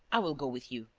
i will go with you.